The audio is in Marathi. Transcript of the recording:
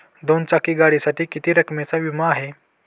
दोन चाकी गाडीसाठी किती रकमेचा विमा आहे?